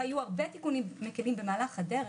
והיו הרבה תיקונים מקלים במהלך הדרך,